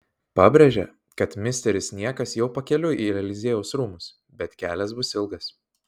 pabrėžia kad misteris niekas jau pakeliui į eliziejaus rūmus bet kelias bus ilgas